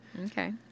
Okay